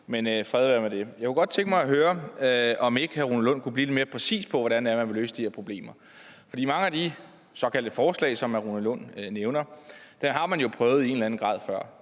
Men fred være med det. Jeg kunne godt tænke mig at høre, om hr. Rune Lund ikke kunne blive lidt mere præcis om, hvordan det er, Enhedslisten vil løse de her problemer, for mange af de såkaldte forslag, som hr. Rune Lund nævner, har man jo prøvet før i en eller anden grad.